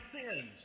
sins